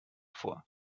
vor